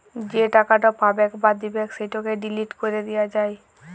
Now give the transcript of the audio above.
যে টাকাট পাবেক বা দিবেক সেটকে ডিলিট ক্যরে দিয়া যায়